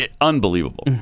Unbelievable